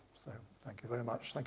so thank you very much, like